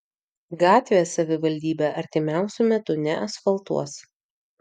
gatvės savivaldybė artimiausiu metu neasfaltuos